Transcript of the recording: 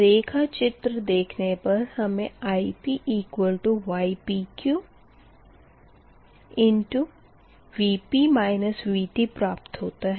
रेखाचित्र देखने पर हमें IpypqVp Vt प्राप्त होता है